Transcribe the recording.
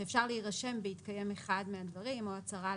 שאפשר להירשם בהתקיים אחד מהדברים או הצהרה על